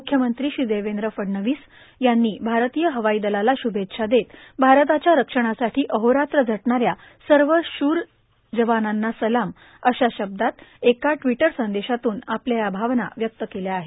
म्रख्यमंत्री श्री देवद्र फडणवीस यांनी भारतीय हवाई दलाला शुभेच्छा देत भारताच्या रक्षणासाठां अहोरात्र झटणाऱ्या सव शूर जवानांना सलाम अशा शब्दात एका र्ट्रावटसंदेशातून आपल्या या भावना व्यक्त केल्या आहेत